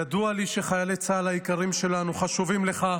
ידוע לי שחיילי צה"ל היקרים שלנו חשובים לך.